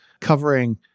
covering